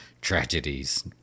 tragedies